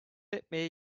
etmeye